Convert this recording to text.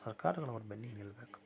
ಸರ್ಕಾರಗಳು ಅವರ ಬೆನ್ನಿಗೆ ನಿಲ್ಲಬೇಕು